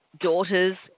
Daughters